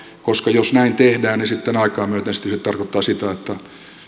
koska jos näin tehdään niin sitten aikaa myöten se tarkoittaa sitä että